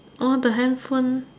or the handphone